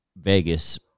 Vegas